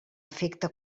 afecte